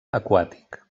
aquàtic